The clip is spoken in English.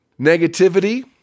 negativity